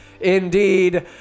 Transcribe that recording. indeed